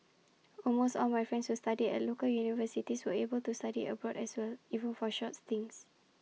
almost all my friends who studied at local universities were able to study abroad as well even for short stints